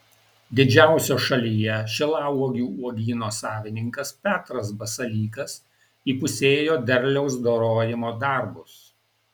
didžiausio šalyje šilauogių uogyno savininkas petras basalykas įpusėjo derliaus dorojimo darbus